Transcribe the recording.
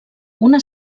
una